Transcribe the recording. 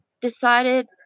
decided